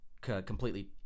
completely